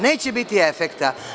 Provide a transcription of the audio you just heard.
Neće biti efekta.